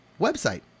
website